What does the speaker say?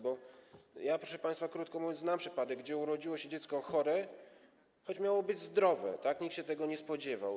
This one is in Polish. Bo ja, proszę państwa, krótko mówiąc, znam przypadek, że urodziło się dziecko chore, choć miało być zdrowe, nikt się tego nie spodziewał.